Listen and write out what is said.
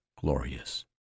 glorious